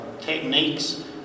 techniques